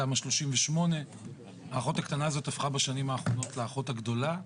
תמ"א 38. האחות הקטנה הזאת הפכה בשנים האחרונות לאחות הגדולה.